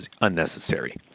unnecessary